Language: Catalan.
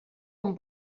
amb